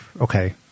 Okay